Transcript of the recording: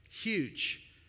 huge